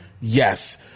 Yes